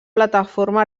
plataforma